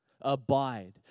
abide